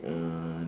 uh